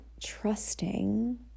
trusting